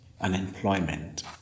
Unemployment